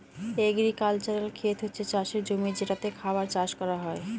agricultural খেত হচ্ছে চাষের জমি যেটাতে খাবার চাষ করা হয়